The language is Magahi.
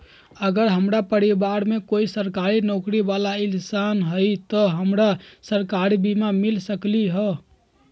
अगर हमरा परिवार में कोई सरकारी नौकरी बाला इंसान हई त हमरा सरकारी बीमा मिल सकलई ह?